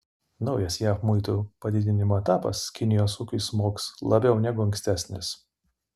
naujas jav muitų padidinimo etapas kinijos ūkiui smogs labiau negu ankstesnis